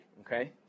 okay